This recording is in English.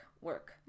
work